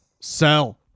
sell